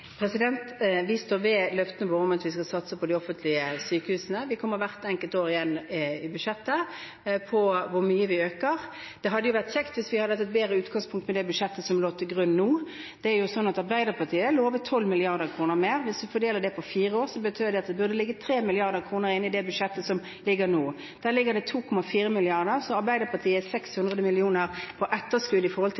Vi står ved løftene våre om at vi skal satse på de offentlige sykehusene. Vi vil hvert enkelt år komme tilbake til hvor mye vi øker budsjettet. Det hadde vært kjekt hvis vi hadde hatt et bedre utgangspunkt med det budsjettet som ligger til grunn nå. Det er jo sånn at Arbeiderpartiet lovet 12 mrd. kr mer. Hvis vi fordeler det på fire år, betyr det at det burde vært 3 mrd. kr i det budsjettet som foreligger nå. Der ligger det 2,4 mrd. kr, så Arbeiderpartiet